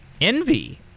envy